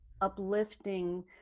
uplifting